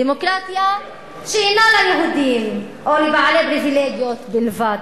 דמוקרטיה שאינה ליהודים או לבעלי פריווילגיות בלבד.